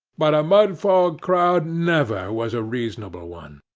but a mudfog crowd never was a reasonable one,